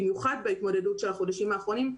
במיוחד בהתמודדות של החודשים האחרונים,